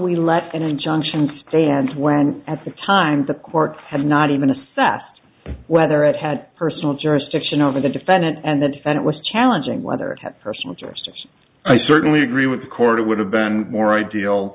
we let an injunction stand when at the time the court had not even assessed whether it had personal jurisdiction over the defendant and then found it was challenging whether that person was justice i certainly agree with the court it would have been more ideal